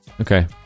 Okay